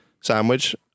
sandwich